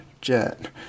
Jet